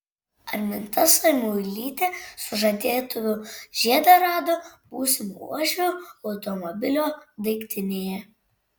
arminta samuilytė sužadėtuvių žiedą rado būsimų uošvių automobilio daiktinėje